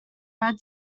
red